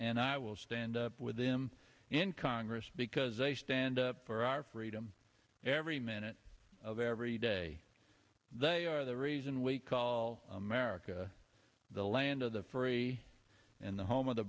and i will stand with them in congress because they stand for our freedom every minute of every day they are the reason we call america the land of the free and the home of the